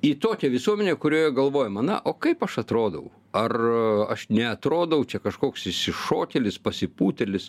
į tokią visuomenę kurioje galvojama na o kaip aš atrodau ar aš neatrodau čia kažkoks išsišokėlis pasipūtėlis